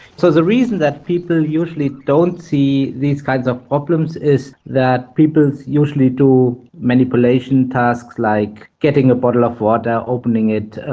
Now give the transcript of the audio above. so the reason that people usually don't see these kinds of problems is that people usually do manipulation tasks like getting a bottle of water, opening it,